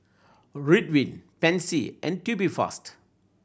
Ridwind Pansy and Tubifast